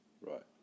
Right